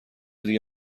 دیگه